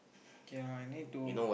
okay ah I need to